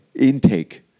Intake